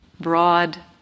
Broad